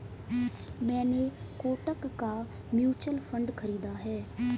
मैंने कोटक का mutual fund खरीदा है